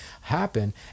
happen